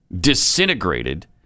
disintegrated